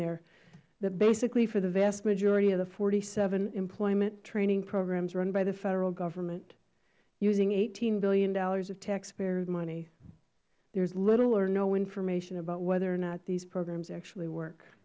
g basically for the vast majority of the forty seven employment training programs run by the federal government using eighteen dollars billion of taxpayer money there is little or no information about whether or not these programs actually work